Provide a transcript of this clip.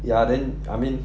ya then I mean